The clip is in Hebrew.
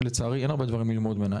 לצערי אין הרבה ללמוד מהמערכת בארצות הברית.